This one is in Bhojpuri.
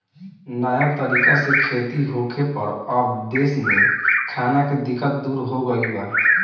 नया तरीका से खेती होखे पर अब देश में खाना के दिक्कत दूर हो गईल बा